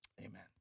amen